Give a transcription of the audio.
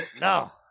No